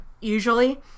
usually